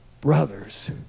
brothers